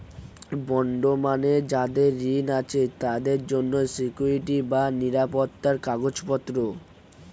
bond মানে যাদের ঋণ আছে তাদের জন্য সিকুইরিটি বা নিরাপত্তার কাগজপত্র